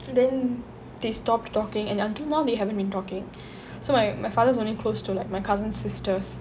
then they stopped talking and until now they haven't been talking so my my father's only close to like my cousin sisters